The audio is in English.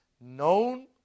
known